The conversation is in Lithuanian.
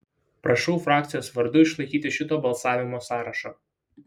prašau frakcijos vardu išlaikyti šito balsavimo sąrašą